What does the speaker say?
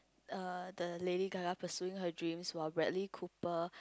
err the Lady-Gaga pursuing her dreams while Bradley-Cooper